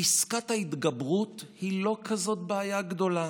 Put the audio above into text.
פסקת ההתגברות היא לא כזאת בעיה גדולה,